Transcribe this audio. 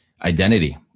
identity